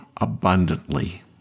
abundantly